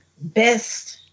best